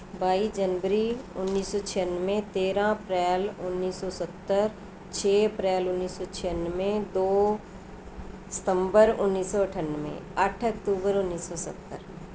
ਬਾਈ ਜਨਵਰੀ ਉੱਨੀ ਸੌ ਛਿਆਨਵੇਂ ਤੇਰ੍ਹਾਂ ਅਪ੍ਰੈਲ ਉੱਨੀ ਸੌ ਸੱਤਰ ਛੇ ਅਪ੍ਰੈਲ ਉੱਨੀ ਸੌ ਛਿਆਨਵੇਂ ਦੋ ਸਤੰਬਰ ਉੱਨੀ ਸੌ ਅਠਾਨਵੇਂ ਅੱਠ ਅਕਤੂਬਰ ਉੱਨੀ ਸੌ ਸੱਤਰ